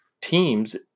teams